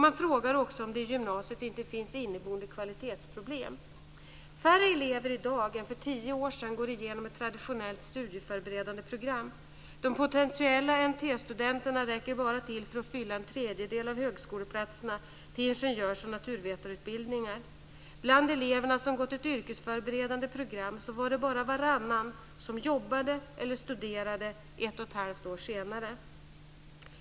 Man frågar också om det i gymnasiet inte finns inneboende kvalitetsproblem. Färre elever i dag än för tio år sedan går igenom ett traditionellt studieförberedande program. De potentiella NT-studenterna räcker bara till att fylla en tredjedel av högskoleplatserna till ingenjörs och naturvetarutbildningar. Bland eleverna som gått ett yrkesförberedande program var det bara varannan som jobbade eller studerade ett och ett halvt år senare.